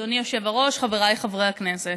אדוני היושב-ראש, חבריי חברי הכנסת,